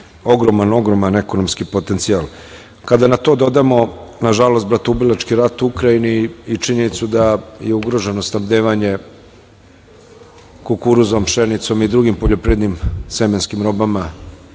ima ogroman ekonomski potencijal. Kada na to dodamo, na žalost bratoubilački rat u Ukrajini i činjenicu da je ugroženo snabdevanje kukuruzom, pšenicom i drugim poljopirvrednim semenskim robama